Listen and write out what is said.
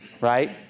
right